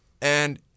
and-